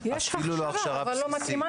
אפילו לא הכשרה בסיסית.